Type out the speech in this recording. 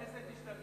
ההצעה